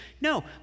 No